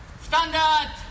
Standard